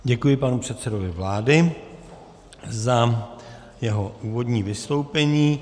Děkuji panu předsedovi vlády za jeho úvodní vystoupení.